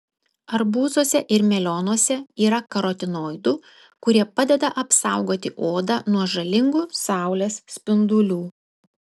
arbūzuose ir melionuose yra karotinoidų kurie padeda apsaugoti odą nuo žalingų saulės spindulių